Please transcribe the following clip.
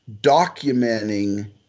documenting